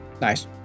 Nice